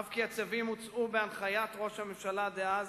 אף כי הצווים הוצאו בהנחיית ראש הממשלה דאז